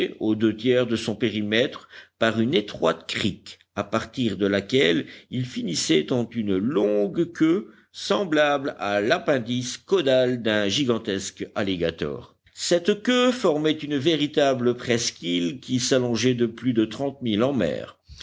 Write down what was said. aux deux tiers de son périmètre par une étroite crique à partir de laquelle il finissait en une longue queue semblable à l'appendice caudal d'un gigantesque alligator cette queue formait une véritable presqu'île qui s'allongeait de plus de trente milles en mer